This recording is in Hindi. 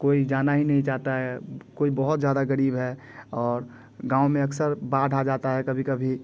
कोई जाना ही नहीं चाहता है कोई बहुत ज़्यादा गरीब है और गाँव में अक्सर बाढ़ आ जाता है कभी कभी